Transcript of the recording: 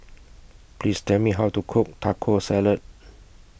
Please Tell Me How to Cook Taco Salad